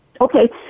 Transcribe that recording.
Okay